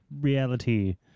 reality